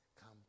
come